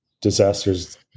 disasters